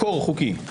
מקור חוקי.